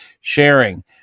sharing